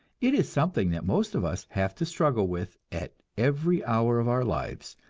it is something that most of us have to struggle with at every hour of our lives,